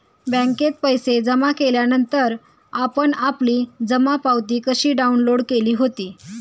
बँकेत पैसे जमा केल्यानंतर आपण आपली जमा पावती कशी डाउनलोड केली होती?